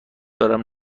دارم